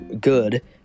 good